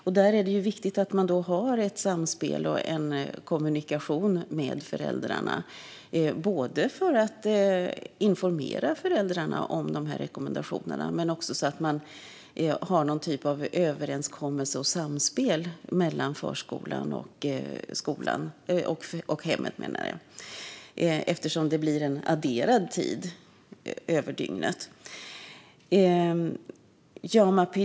Därför är det viktigt att förskolan har en kommunikation med föräldrarna, både för att informera föräldrarna om rekommendationerna och för att ha någon typ av överenskommelse och samspel mellan förskolan och hemmet eftersom det blir en adderad tid över dygnet.